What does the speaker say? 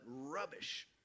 rubbish